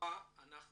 מהצבא אנחנו